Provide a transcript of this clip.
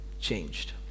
changed